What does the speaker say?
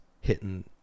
hitting